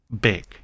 big